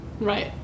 Right